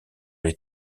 les